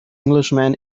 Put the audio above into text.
englishman